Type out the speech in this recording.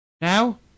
Now